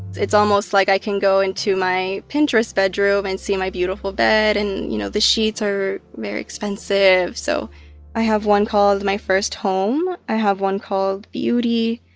it's almost like i can go into my pinterest bedroom and see my beautiful bed, and, you know, the sheets are very expensive. so i have one called my first home. i have one called beauty.